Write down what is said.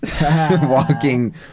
walking